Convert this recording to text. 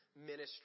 ministry